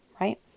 right